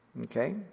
okay